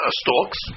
stalks